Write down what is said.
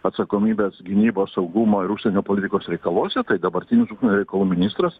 atsakomybės gynybos saugumo ir užsienio politikos reikaluose tai dabartinis užsienio reikalų ministras